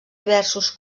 diversos